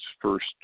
first